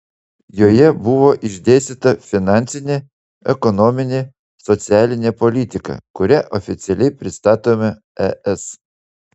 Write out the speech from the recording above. joje bus išdėstyta finansinė ekonominė socialinė politika kurią oficialiai pristatome es